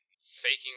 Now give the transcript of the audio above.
faking